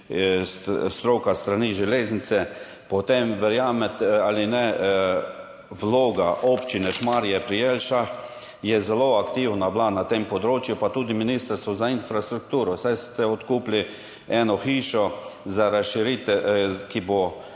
stroka s strani železnice. Če verjamete ali ne, vloga Občine Šmarje pri Jelšah je bila zelo aktivna na tem področju, pa tudi Ministrstvo za infrastrukturo, saj ste odkupili eno hišo, ki je